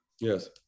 Yes